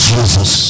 Jesus